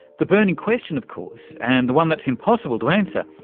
the burning question of course, and the one that's impossible to answer,